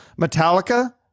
Metallica